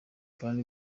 kandi